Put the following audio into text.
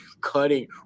cutting